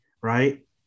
right